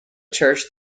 church